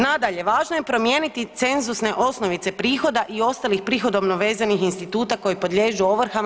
Nadalje, važno je promijeniti cenzusne osnovice prihoda i ostalih prihodovno vezanih instituta koje podliježu ovrhama.